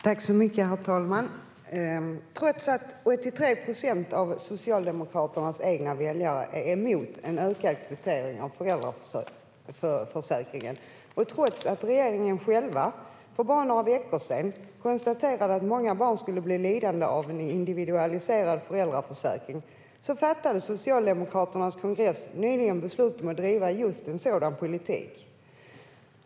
Herr talman! Trots att 83 procent av Socialdemokraternas egna väljare är emot en ökad kvotering av föräldraförsäkringen, och trots att regeringen själv för bara några veckor sedan konstaterade att många barn skulle bli lidande av en individualiserad föräldraförsäkring fattade Socialdemokraternas kongress nyligen beslut om att driva just en sådan politik.